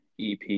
ep